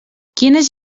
quines